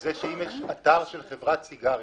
שאם יש אתר של חברת טבק